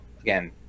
again